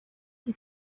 you